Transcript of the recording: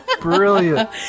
brilliant